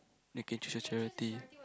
you can choose your charity